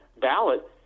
ballot